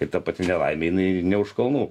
ir ta pati nelaimė jinai ne už kalnų